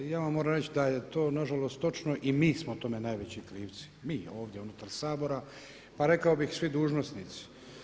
Ja vam moram reći da je to na žalost točno i mi smo tome najveći krivci, mi ovdje unutar Sabora pa rekao bih svi dužnosnici.